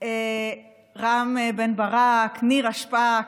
רם בן ברק, נירה שפק,